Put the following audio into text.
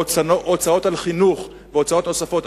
או הוצאות על חינוך והוצאות נוספות,